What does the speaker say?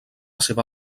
seva